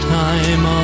time